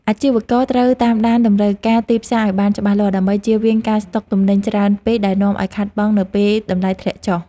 អាជីវករត្រូវតាមដានតម្រូវការទីផ្សារឱ្យបានច្បាស់លាស់ ដើម្បីជៀសវាងការស្តុកទំនិញច្រើនពេកដែលនាំឱ្យខាតបង់នៅពេលតម្លៃធ្លាក់ចុះ។